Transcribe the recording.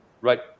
right